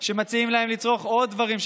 שמציעים להם לצרוך עוד דברים,